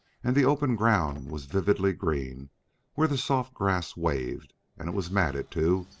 and the open ground was vividly green where the soft grass waved and it was matted, too,